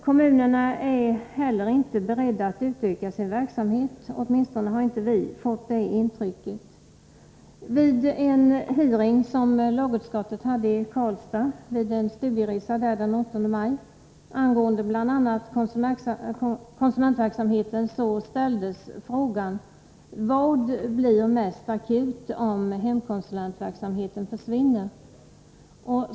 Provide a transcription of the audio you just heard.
Kommunerna är inte heller beredda att utöka sin verksamhet, åtminstone har inte vi fått det intrycket. Vid en hearing som lagutskottet hade i Karlstad i samband med en studieresa dit den 8 maj angående bl.a. konsumentverksamheten, ställdes frågan: Vad blir mest akut om hemkonsulentverksamheten försvinner?